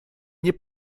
nie